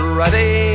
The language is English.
ready